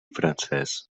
francès